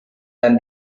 than